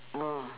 oh